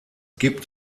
gibt